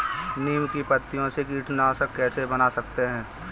नीम की पत्तियों से कीटनाशक कैसे बना सकते हैं?